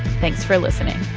thanks for listening